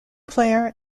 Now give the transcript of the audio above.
player